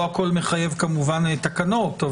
לא הכול מחייב כמובן תקנות,